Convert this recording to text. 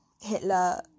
Hitler